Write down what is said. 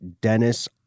Dennis